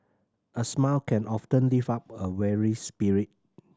a smile can often lift up a weary spirit